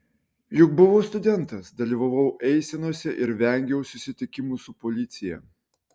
juk buvau studentas dalyvavau eisenose ir vengiau susitikimų su policija